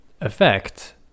effect